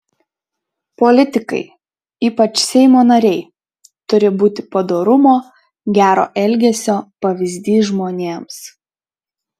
politikai ypač seimo nariai turi būti padorumo gero elgesio pavyzdys žmonėms